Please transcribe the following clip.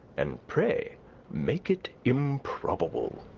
and pray make it improbable.